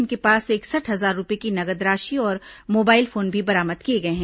इनके पास से इकसठ हजार रूपये की नगद राशि और मोबाइल फोन भी बरामद किए गए हैं